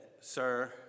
sir